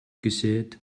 gesät